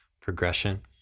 progression